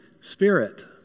Spirit